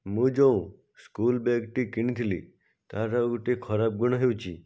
ମୁଁ ଯେଉଁ ସ୍କୁଲ ବ୍ୟାଗ୍ଟି କିଣିଥିଲି ତାର ଗୋଟିଏ ଖରାପ ଗୁଣ ହେଉଛି